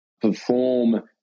perform